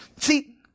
See